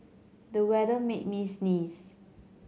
the weather made me sneeze